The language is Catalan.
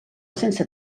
sense